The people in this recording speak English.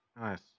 Nice